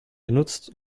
benutzt